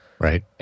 Right